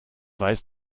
weißt